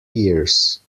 years